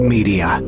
Media